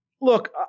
Look